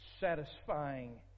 satisfying